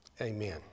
amen